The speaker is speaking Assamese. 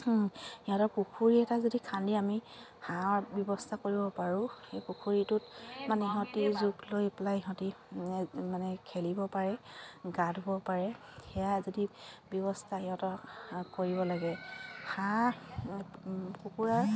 সিহঁতৰ পুখুৰী এটা যদি খান্দি আমি হাঁহৰ ব্যৱস্থা কৰিব পাৰোঁ সেই পুখুৰীটোত মানে সিহঁতি জোপ লৈ পেলাই সিহঁতি মানে খেলিব পাৰে গা ধুব পাৰে সেয়া যদি ব্যৱস্থা সিহঁতৰ কৰিব লাগে হাঁহ কুকুুৰাৰ